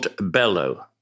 Bellow